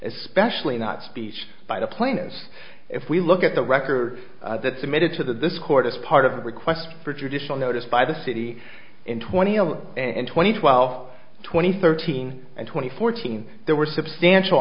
especially not speech by the planes if we look at the record that submitted to this court as part of the request for judicial notice by the city in twenty one and twenty twelve twenty thirteen and twenty fourteen there were substantial